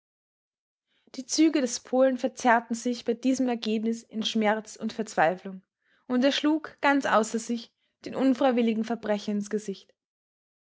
die züge des polen verzerrten sich bei diesem ergebnis in schmerz und verzweiflung und er schlug ganz außer sich den unfreiwilligen verbrecher ins gesicht